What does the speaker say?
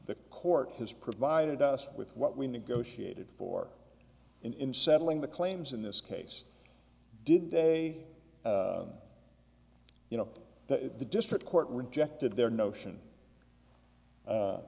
the court has provided us with what we negotiated for in settling the claims in this case did they you know that the district court rejected their notion